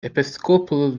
episcopal